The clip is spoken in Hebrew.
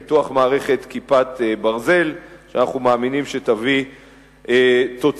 פיתוח מערכת "כיפת ברזל" שאנחנו מאמינים שתביא תוצאות.